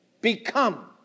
become